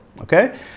Okay